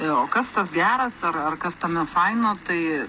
o kas tas geras ar ar kas tame faino tai